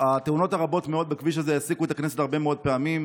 התאונות הרבות מאוד בכביש הזה העסיקו את חברי הכנסת הרבה מאוד פעמים,